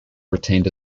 retained